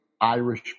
Irish